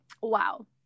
wow